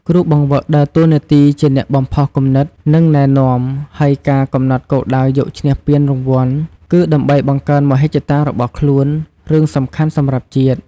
គ្រូបង្វឹកដើរតួនាទីជាអ្នកបំផុសគំនិត និងណែនាំ ហើយការកំណត់គោលដៅយកឈ្នះពានរង្វាន់ គឺដើម្បីបង្កើនមហិច្ឆតារបស់ខ្លួនរឿងសំខាន់សម្រាប់ជាតិ។